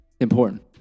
important